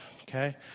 Okay